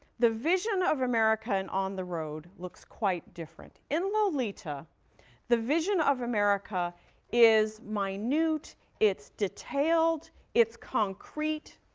the vision of america in on the road looks quite different. in lolita the vision of america is minute it's detailed it's concrete.